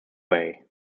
bay